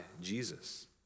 jesus